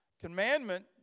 Commandment